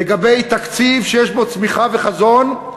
לגבי תקציב שיש בו צמיחה וחזון,